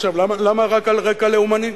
עכשיו, למה רק על רקע לאומני?